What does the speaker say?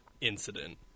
incident